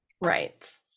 right